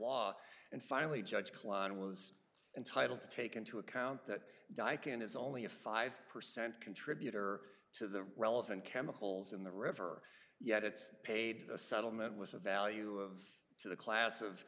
law and finally judge klein was entitled to take into account that dyken is only a five percent contributor to the relevant chemicals in the river yet it's paid a settlement was of value to the class of